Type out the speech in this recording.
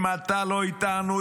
אם אתה לא איתנו,